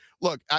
look